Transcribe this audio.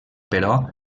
però